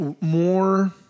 more